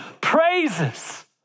praises